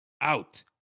out